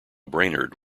brainerd